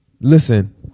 listen